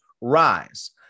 rise